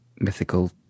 mythical